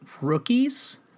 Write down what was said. rookies